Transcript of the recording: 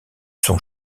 son